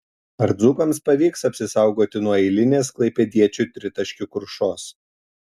ar dzūkams pavyks apsisaugoti nuo eilinės klaipėdiečių tritaškių krušos